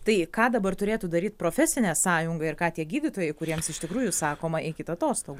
tai ką dabar turėtų daryt profesinė sąjunga ir ką tie gydytojai kuriems iš tikrųjų sakoma eikit atostogų